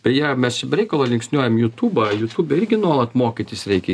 beje mes čia be reikalo linksniuojam jutūbą jutūbe irgi nuolat mokytis reikia